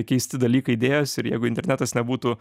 keisti dalykai dėjos ir jeigu internetas nebūtų